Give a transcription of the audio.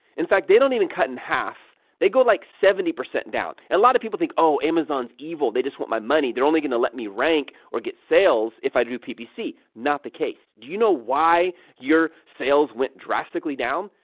in fact, they don't even cut in half they go like seventy down. a lot of people think, oh, amazon's evil, they just want my money, they're only going to let me rank or get sales if i do ppc. not the case. do you know why your sales went drastically down?